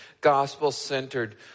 gospel-centered